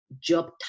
job